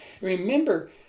Remember